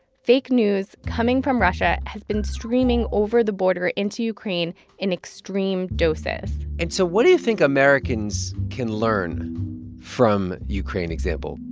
fake news coming from russia has been streaming over the border into ukraine in extreme doses and so what do you think americans can learn from ukraine example?